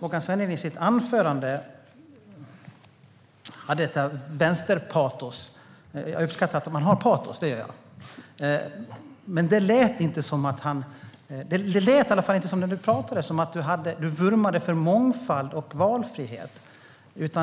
Håkan Svenneling hade ett vänsterpatos i sitt anförande, och jag uppskattar patos. Men det lät i alla fall inte som att han vurmade för mångfald och valfrihet. Det